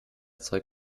zeug